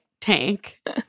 tank